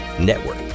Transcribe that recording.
Network